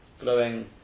glowing